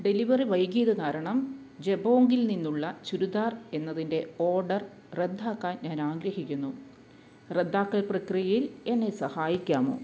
delivery വൈകിയത് കാരണം ജബോംഗിൽ നിന്നുള്ള ചുരിദാർ എന്നതിൻ്റെ ഓർഡർ റദ്ദാക്കാൻ ഞാൻ ആഗ്രഹിക്കുന്നു റദ്ദാക്കൽ പ്രക്രിയയിൽ എന്നെ സഹായിക്കാമോ